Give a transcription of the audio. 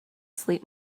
sleep